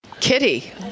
Kitty